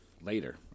later